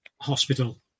hospital